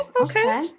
okay